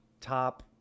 top